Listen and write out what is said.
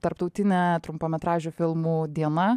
tarptautinė trumpametražių filmų diena